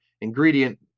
ingredient